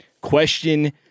Question